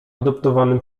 adoptowanym